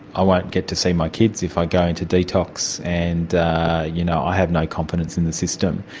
i won't get to see my kids if i go into detox and you know i have no confidence in the system.